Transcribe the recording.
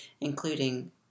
including